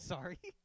Sorry